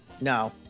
No